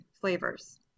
flavors